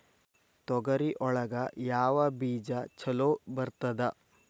ತೊಗರಿ ಒಳಗ ಯಾವ ಬೇಜ ಛಲೋ ಬರ್ತದ?